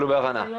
לנו